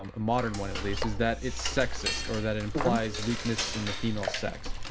um modern one at least is that its sexist or that implies weakness in the female sex,